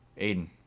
Aiden